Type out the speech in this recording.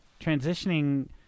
transitioning